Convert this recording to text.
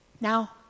Now